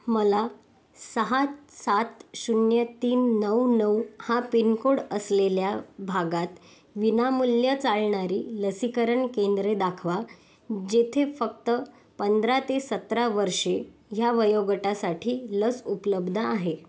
मला सहा सात शून्य तीन नऊ नऊ हा पिनकोड असलेल्या भागात विनामूल्य चालणारी लसीकरण केंद्रे दाखवा जेथे फक्त पंधरा ते सतरा वर्षे ह्या वयोगटासाठी लस उपलब्ध आहे